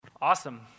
Awesome